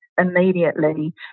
immediately